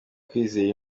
kwizera